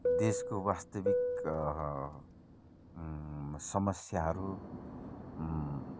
देशको वास्तविक समस्याहरू